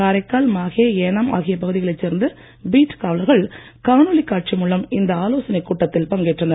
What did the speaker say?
காரைக்கால் மாஹே ஏனாம் ஆகிய பகுதிகளைச் சேர்ந்த பீட் காவலர்கள் காணொளி காட்சி மூலம் இந்த ஆலோசனைக் கூட்டத்தில் பங்கேற்றனர்